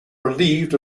relieved